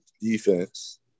defense